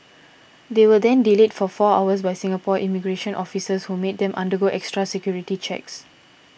they were then delayed for four hours by Singapore immigration officials who made them undergo extra security checks